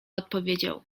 odpowiedział